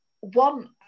one